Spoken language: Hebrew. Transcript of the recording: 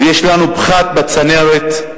ויש לנו פחת בצנרת,